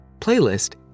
playlist